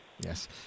yes